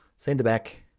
send it back.